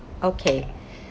okay